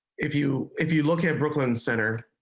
if you if you look at brooklyn center.